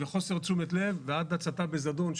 וחוסר תשומת לב ועד הצתה בזדון,